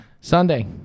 Sunday